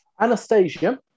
Anastasia